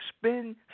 Spend